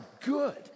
good